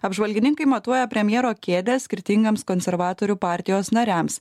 apžvalgininkai matuoja premjero kėdę skirtingiems konservatorių partijos nariams